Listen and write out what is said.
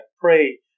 pray